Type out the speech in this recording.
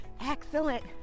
Excellent